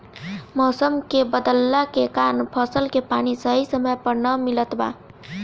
मउसम के बदलला के कारण फसल के पानी सही समय पर ना मिलत बा